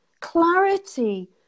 clarity